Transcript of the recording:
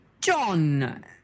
John